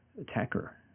attacker